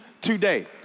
today